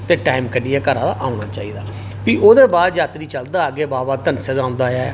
ते टाइम कड्ढियै घरा दा औना चाहिदा ते फ्ही ओह्दे बाद यात्री चलदा ते बाबा धनसर औंदा ऐ